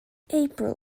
april